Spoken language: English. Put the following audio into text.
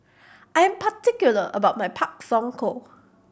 I'm particular about my Pak Thong Ko